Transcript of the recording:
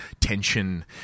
tension